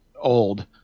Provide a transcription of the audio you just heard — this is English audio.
old